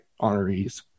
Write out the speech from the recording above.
honorees